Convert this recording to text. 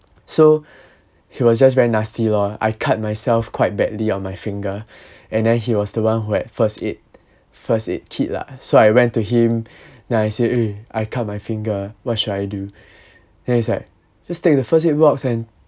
so he was just very nasty lor I cut myself quite badly on my finger and then he was the one who had first aid first aid kit lah so I went to him then I say eh I cut my finger what should I do then he's like just take the first aid box and